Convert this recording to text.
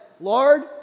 Lord